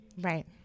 Right